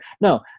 No